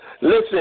Listen